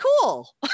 cool